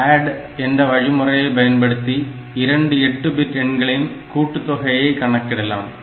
Add என்ற வழிமுறையை பயன்படுத்தி இரண்டு 8 பிட் எண்களின் கூட்டுத்தொகையை கணக்கிடலாம்